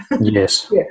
Yes